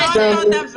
אני צריכה לצאת.